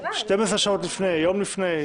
12 שעות לפני, יום לפני.